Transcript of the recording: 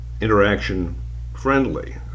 interaction-friendly